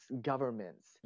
governments